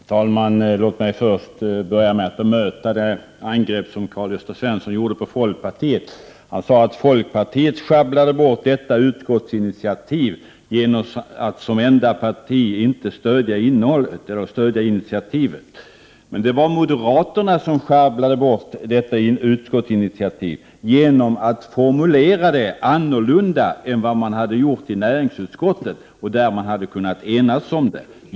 Herr talman! Låt mig börja med att bemöta det angrepp som Karl-Gösta Svenson gjorde på folkpartiet. Han sade att folkpartiet sjabblat bort utskottsinitiativet genom att som enda parti inte stödja detta. Men det var moderaterna som sjabblade bort detta utskottsinitiativ genom att formulera det annorlunda än vad man hade gjort i näringsutskottet, där vi hade kunnat enas om det.